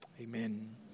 Amen